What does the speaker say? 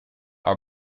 are